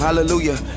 Hallelujah